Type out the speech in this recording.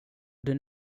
den